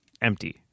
Empty